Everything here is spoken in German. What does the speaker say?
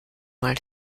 mal